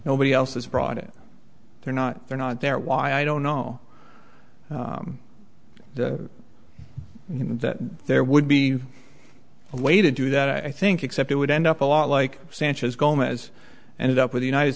nobody else has brought it they're not they're not there why i don't know and that there would be a way to do that i think except it would end up a lot like sanchez gomez ended up with the united